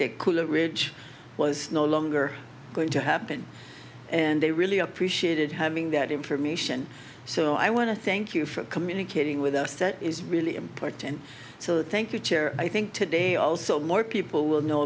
that cooler ridge was no longer going to happen and they really appreciated having that information so i want to thank you for communicating with us that is really important so thank you chair i think today also more people will know